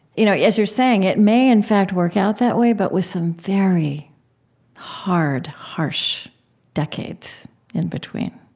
you know as you're saying, it may in fact work out that way, but with some very hard, harsh decades in between